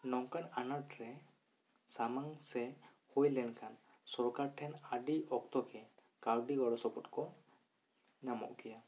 ᱱᱚᱝᱠᱟᱱ ᱟᱱᱟᱴ ᱨᱮ ᱥᱟᱢᱟᱝ ᱥᱮ ᱦᱩᱭ ᱞᱮᱱᱠᱷᱟᱱ ᱥᱚᱨᱠᱟᱨ ᱴᱷᱮᱱ ᱟᱹᱰᱤ ᱚᱠᱛᱚ ᱜᱮ ᱠᱟᱹᱣᱰᱤ ᱜᱚᱲᱚᱥᱚᱯᱚᱦᱚᱫ ᱠᱚ ᱧᱟᱢᱚᱜ ᱜᱮᱭᱟ